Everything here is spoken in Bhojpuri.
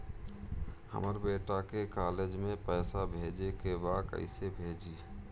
हमर बेटा के कॉलेज में पैसा भेजे के बा कइसे भेजी?